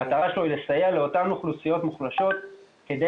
המטרה שלנו היא לסייע לאותן אוכלוסיות מוחלשות כדי